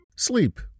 Sleep